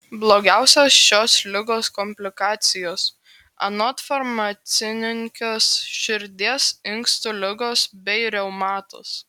blogiausios šios ligos komplikacijos anot farmacininkės širdies inkstų ligos bei reumatas